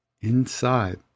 inside